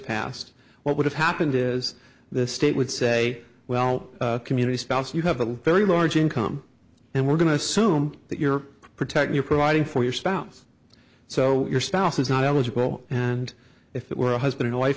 passed what would have happened is the state would say well community spouse you have a very large income and we're going to assume that you're protecting your providing for your spouse so your spouse is not eligible and if it were a husband or wife